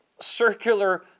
circular